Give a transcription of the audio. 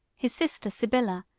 his sister sybilla,